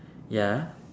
ya